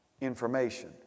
information